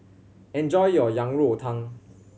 enjoy your Yang Rou Tang